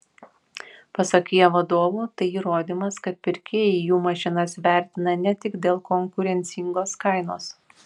pasak kia vadovų tai įrodymas kad pirkėjai jų mašinas vertina ne tik dėl konkurencingos kainos